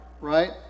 right